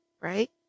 Right